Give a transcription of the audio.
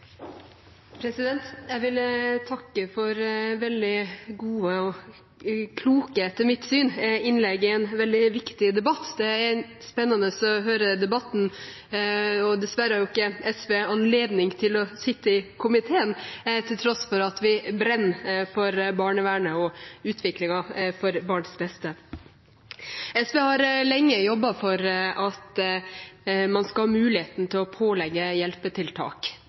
praksis. Jeg vil takke for etter mitt syn veldig gode og kloke innlegg i en veldig viktig debatt. Det er spennende å høre debatten. Dessverre har ikke SV anledning til å sitte i komiteen til tross for at vi brenner for barnevernet og utviklingen for barns beste. SV har lenge jobbet for at man skal ha muligheten til å pålegge hjelpetiltak.